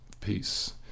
peace